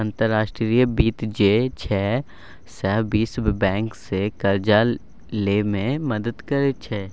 अंतर्राष्ट्रीय वित्त जे छै सैह विश्व बैंकसँ करजा लए मे मदति करैत छै